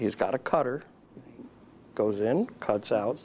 he's got a cutter goes in cuts out